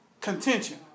Contention